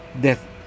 death